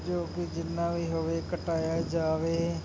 ਜੋ ਕਿ ਜਿੰਨਾ ਵੀ ਹੋਵੇ ਘਟਾਇਆ ਜਾਵੇ